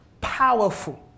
powerful